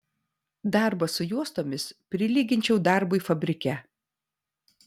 darbą su juostomis prilyginčiau darbui fabrike